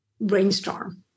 brainstorm